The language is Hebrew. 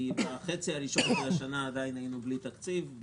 כי בחצי הראשון של השנה היינו עדיין בלי תקציב,